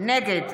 נגד